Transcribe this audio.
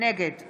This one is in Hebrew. נגד